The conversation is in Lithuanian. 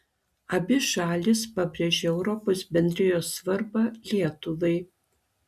abi šalys pabrėžia europos bendrijos svarbą lietuvai